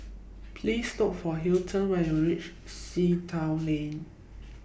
Please Look For Hilton when YOU REACH Sea Town Lane